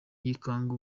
yikanga